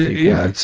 yeah,